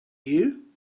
you